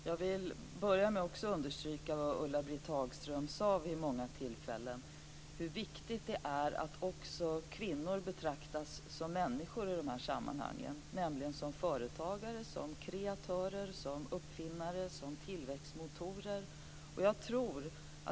Fru talman! Jag vill börja med att understryka vad Ulla-Britt Hagström sade vid många tillfällen. Det är viktigt att också kvinnor betraktas som människor i dessa sammanhang, som företagare, som kreatörer, som uppfinnare och som tillväxtmotorer.